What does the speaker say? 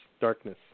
darkness